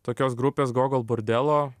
tokios grupės gogol bordelo